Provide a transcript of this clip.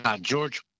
George